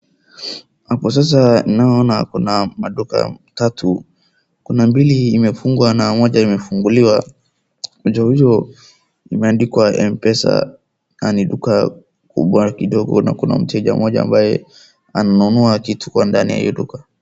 Hapo sasa naona kuna maduka tatu. Kuna mbili imefungwa na moja imefunguliwa. Nje huyo imeandikwa Mpesa na ni duka kubwa kidogo na kuna mteja mmoja ambaye ananunua kitu kwa ndani ya hiyo duka.